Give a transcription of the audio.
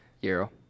Euro